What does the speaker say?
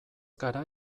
gara